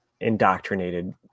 indoctrinated